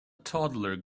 toddler